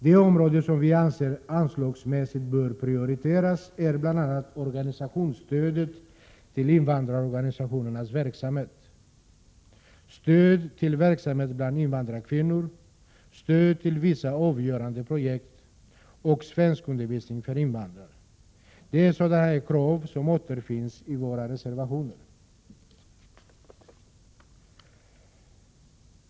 De områden som vi anser bör prioriteras anslagsmässigt är bl.a. organisationsstödet till invandrarorganisationernas verksamhet, stöd till verksamhet bland invandrarkvinnor, stöd till vissa avgörande projekt och svenskundervisning för invandrare. Dessa krav återfinns i våra reservationer.